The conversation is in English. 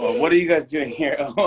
but what are you guys doing here? oh.